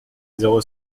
zéro